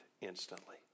instantly